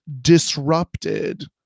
disrupted